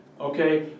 Okay